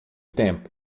tempo